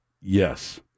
yes